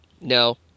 no